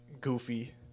goofy